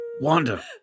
Wanda